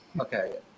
Okay